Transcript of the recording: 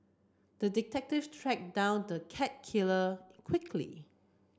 the detective tracked down the cat killer quickly